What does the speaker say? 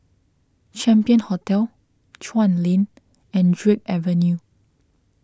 Champion Hotel Chuan Lane and Drake Avenue